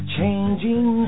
Changing